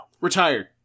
retired